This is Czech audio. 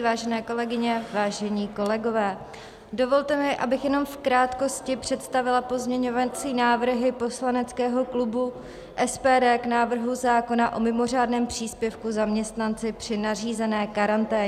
Vážené kolegyně, vážení kolegové, dovolte mi, abych jenom v krátkosti představila pozměňovací návrhy poslaneckého klubu SPD k návrhu zákona o mimořádném příspěvku zaměstnanci při nařízené karanténě.